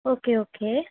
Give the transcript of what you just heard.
okay okay